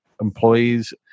employees